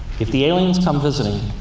if the aliens come visiting,